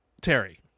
terry